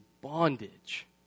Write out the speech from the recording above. bondage